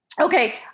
Okay